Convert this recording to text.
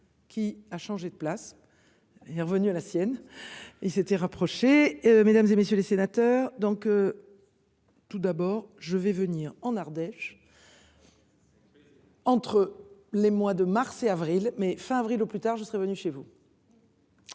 qui a changé de place. Est revenu à la sienne. Il s'était rapproché mesdames et messieurs les sénateurs, donc. Tout d'abord je vais venir en Ardèche. Entre les mois de mars et avril mai fin avril au plus tard, je serai venue chez vous.